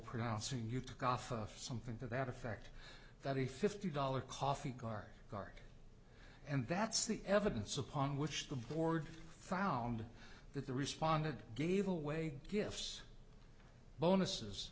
pronouncing you've got something to that effect that a fifty dollar coffee ghar ghar and that's the evidence upon which the board found that the responded gave away gifts bonuses